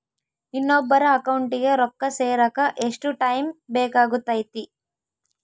ಇನ್ನೊಬ್ಬರ ಅಕೌಂಟಿಗೆ ರೊಕ್ಕ ಸೇರಕ ಎಷ್ಟು ಟೈಮ್ ಬೇಕಾಗುತೈತಿ?